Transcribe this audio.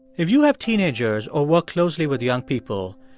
if you have teenagers or work closely with young people,